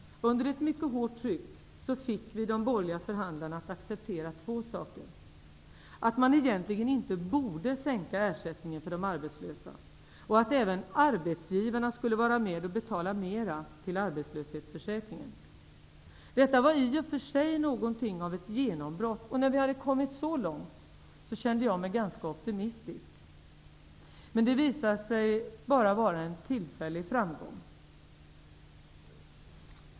Under ett mycket hårt tryck fick vi de borgerliga förhandlarna att acceptera två saker, att man egentligen inte borde sänka ersättningen för de arbetslösa och att även arbetsgivarna skulle vara med och betala mer till arbetslöshetsförsäkringen. Detta var i och för sig något av ett genombrott. Och när vi kommit så långt kände jag mig ganska optimistisk. Men det visade sig bara vara en tillfällig framgång.